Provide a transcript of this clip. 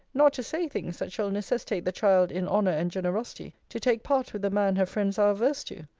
not to say things that shall necessitate the child, in honour and generosity, to take part with the man her friends are averse to.